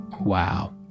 wow